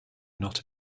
not